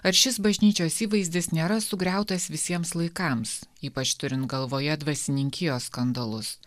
ar šis bažnyčios įvaizdis nėra sugriautas visiems laikams ypač turint galvoje dvasininkijos skandalus